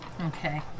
Okay